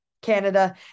canada